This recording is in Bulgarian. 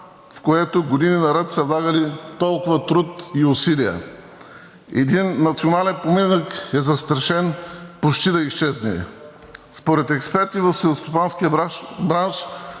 в което години наред са влагали толкова труд и усилия?! Един национален поминък е застрашен и почти ще изчезне. Според експертите от селскостопанския бранш